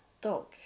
dog